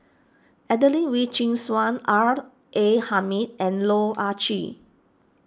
Adelene Wee Chin Suan R A Hamid and Loh Ah Chee